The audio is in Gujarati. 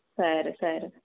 સારું સારું